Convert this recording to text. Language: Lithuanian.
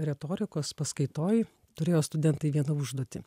retorikos paskaitoj turėjo studentai vieną užduotį